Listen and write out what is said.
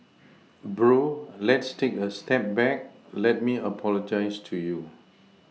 bro let's take a step back let me apologise to you